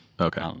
okay